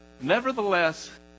Nevertheless